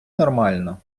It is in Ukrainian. нормально